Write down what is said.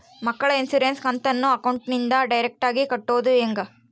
ಮಕ್ಕಳ ಇನ್ಸುರೆನ್ಸ್ ಕಂತನ್ನ ಅಕೌಂಟಿಂದ ಡೈರೆಕ್ಟಾಗಿ ಕಟ್ಟೋದು ಹೆಂಗ?